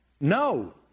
No